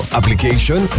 Application